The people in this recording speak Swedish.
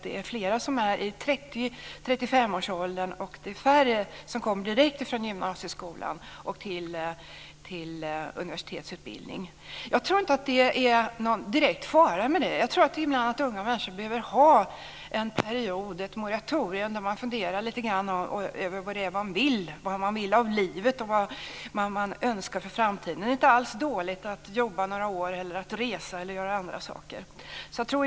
Det är flera som är i 30-35-årsåldern, och det är färre som kommer direkt från gymnasieskolan till universitetsutbildning. Jag tror inte att det är någon direkt fara med det. Jag tror att unga människor ibland behöver ha en period, ett moratorium, där man funderar lite grann över vad det är man vill, vad man vill av livet och vad man önskar av framtiden. Det är inte alls dåligt att jobba några år, att resa eller att göra andra saker.